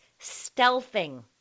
stealthing